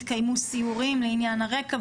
יתקיימו סיורים לעניין הרקע,